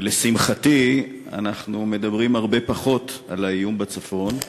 לשמחתי, אנחנו מדברים הרבה פחות על האיום בצפון,